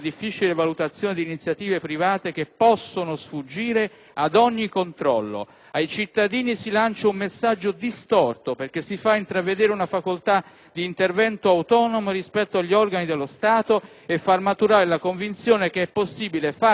ad ogni controllo. Ai cittadini si lancia un messaggio distorto, perché si fa intravedere una facoltà di intervento autonomo rispetto agli organi dello Stato e maturare la convinzione che è possibile farsi giustizia da sé di fronte ai fatti ed eventi delittuosi.